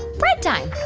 bread time